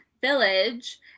village